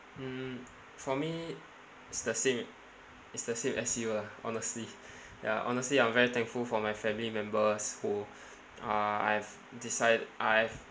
mm for me it's the same it's the same as you lah honestly ya honestly I'm very thankful for my family members who uh I've deci~ I've